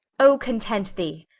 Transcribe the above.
o, content thee.